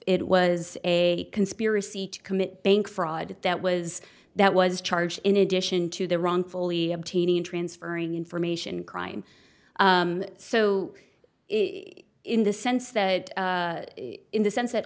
it was a conspiracy to commit bank fraud that was that was charged in addition to the wrongfully obtaining and transferring information crime so in the sense that in the sense that